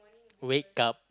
wake up